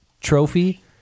trophy